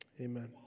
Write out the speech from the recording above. Amen